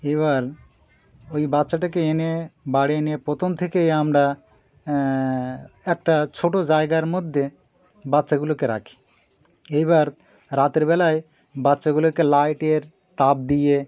এবার ওই বাচ্চাটাকে এনে বাড়ি এনে প্রথম থেকে আমরা একটা ছোট জায়গার মধ্যে বাচ্চাগুলোকে রাখি এইবার রাত্রিবেলায় বাচ্চাগুলোকে লাইটের তাপ দিয়ে